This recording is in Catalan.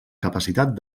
capacitat